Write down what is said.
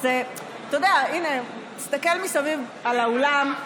תסתכל מסביב על האולם,